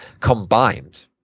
combined